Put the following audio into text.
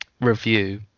review